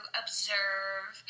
observe